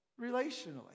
relationally